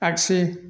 आग्सि